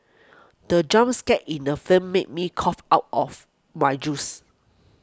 the jump scare in the film made me cough out of my juice